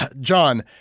John